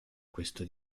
questo